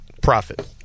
profit